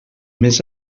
més